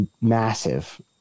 massive